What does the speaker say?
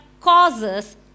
causes